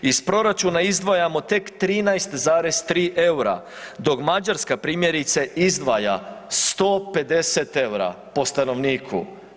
Iz proračuna izdvajamo tek 13,3 eura, dok Mađarska primjerice, izdvaja 150 eura po stanovniku.